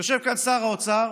יושב כאן שר האוצר,